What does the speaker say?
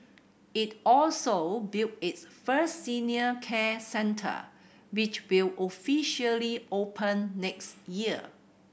it also built its first senior care centre which will officially open next year